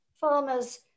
farmers